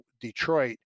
Detroit